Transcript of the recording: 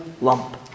lump